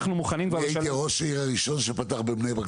אני הייתי ראש העיר הראשון שפתח בבני ברק